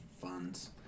funds